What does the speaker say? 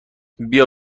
بیا